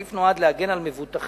הסעיף נועד להגן על המבוטחים